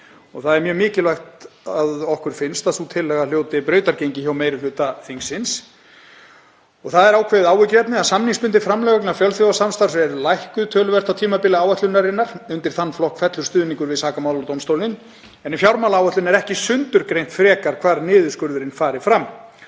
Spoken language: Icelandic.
Það er mjög mikilvægt, að okkur finnst, að sú tillaga hljóti brautargengi hjá meiri hluta þingsins. Það er ákveðið áhyggjuefni að samningsbundin framlög vegna fjölþjóðasamstarfs lækkuðu töluvert á tímabili áætlunarinnar. Undir þann flokk fellur stuðningur við sakamáladómstólinn en í fjármálaáætlun er ekki sundurgreint frekar hvar niðurskurðurinn fari fram.